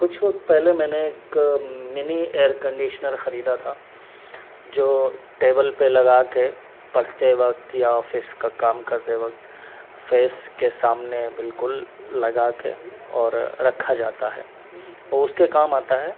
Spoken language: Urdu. کچھ وقت پہلے میں نے ایک منی ایئر کنڈیشنر خریدا تھا جو ٹیبل پہ لگا کے پڑھتے وقت یا آفس کا کام کرتے وقت فیس کے سامنے بالکل لگا کے اور رکھا جاتا ہے وہ اس کے کام آتا ہے